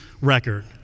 record